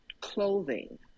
clothing